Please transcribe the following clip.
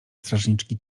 strażniczki